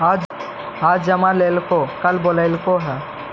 आज जमा लेलको कल बोलैलको हे?